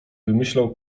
wymyślał